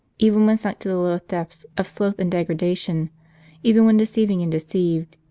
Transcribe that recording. even when sunk to the lowest depths of sloth and degradation even when, deceiving and deceived,